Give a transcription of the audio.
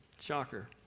Shocker